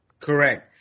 Correct